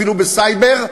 אפילו בסייבר,